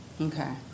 Okay